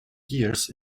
years